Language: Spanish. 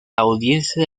audiencia